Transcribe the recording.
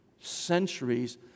centuries